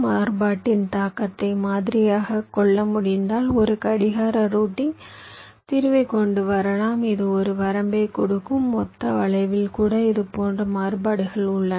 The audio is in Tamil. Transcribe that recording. மாறுபாட்டின் தாக்கத்தை மாதிரியாகக் கொள்ள முடிந்தால் ஒரு கடிகார ரூட்டிங் தீர்வைக் கொண்டு வரலாம் இது ஒரு வரம்பைக் கொடுக்கும் மொத்த வளைவில் கூட இதுபோன்ற மாறுபாடுகள் உள்ளன